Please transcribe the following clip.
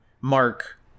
Mark